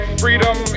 freedom